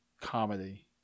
comedy